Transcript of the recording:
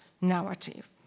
narrative